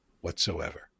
whatsoever